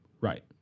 Right